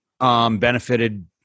Benefited